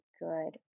good